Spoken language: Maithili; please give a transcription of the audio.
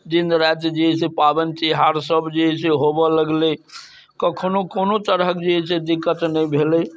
दिन राति जे है से पाबनि तिहार सब जे है से होबऽ लगलै कखनो कोनो तरहक जे है से दिक्कत नहि भेलै